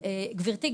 גברתי,